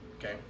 okay